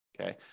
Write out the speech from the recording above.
Okay